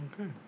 Okay